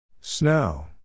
Snow